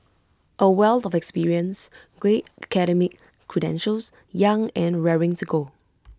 A wealth of experience great academic credentials young and raring to go